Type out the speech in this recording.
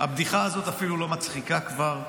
הבדיחה הזאת אפילו לא מצחיקה כבר,